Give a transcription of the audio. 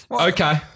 Okay